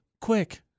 quick